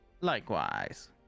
Likewise